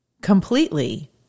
completely